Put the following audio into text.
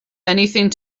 anything